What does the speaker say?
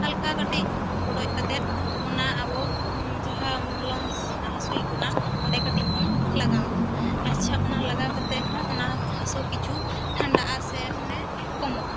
ᱦᱟᱞᱠᱟ ᱠᱟᱹᱴᱤᱡ ᱵᱚᱰᱚᱡ ᱠᱟᱛᱮᱫ ᱚᱱᱟ ᱟᱵᱚ ᱡᱟᱦᱟᱸ ᱢᱚᱞᱚᱝ ᱦᱟᱹᱥᱩᱭᱮᱫ ᱵᱚᱱᱟ ᱚᱱᱟ ᱠᱟᱹᱴᱤᱡ ᱵᱚᱱ ᱞᱟᱜᱟᱣᱼᱟ ᱟᱪᱪᱷᱟ ᱚᱱᱟ ᱞᱟᱜᱟᱣ ᱠᱟᱛᱮ ᱦᱚᱸ ᱚᱱᱟ ᱦᱟᱹᱥᱩ ᱠᱤᱪᱷᱩ ᱴᱷᱟᱱᱰᱟᱜᱼᱟ ᱥᱮ ᱢᱟᱱᱮ ᱠᱚᱢᱚᱜᱼᱟ